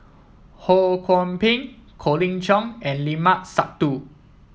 Ho Kwon Ping Colin Cheong and Limat Sabtu